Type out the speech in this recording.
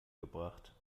gebracht